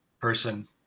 person